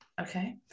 Okay